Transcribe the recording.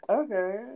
okay